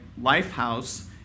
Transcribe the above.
Lifehouse